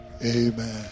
Amen